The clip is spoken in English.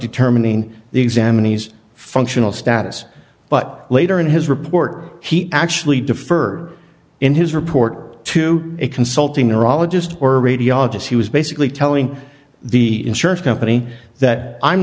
determining the examinees functional status but later in his report he actually defer in his report to a consulting neurologist or radiologist he was basically telling the insurance company that i'm